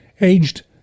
aged